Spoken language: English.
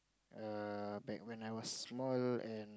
err back when I was small and